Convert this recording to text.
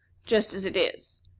just as it is.